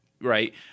Right